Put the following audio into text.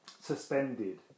suspended